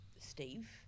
Steve